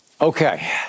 Okay